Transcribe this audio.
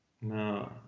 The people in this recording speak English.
No